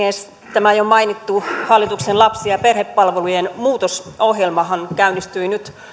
tämä jo mainittu hallituksen lapsi ja perhepalvelujen muutosohjelmahan käynnistyi nyt